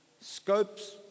scopes